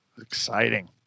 Exciting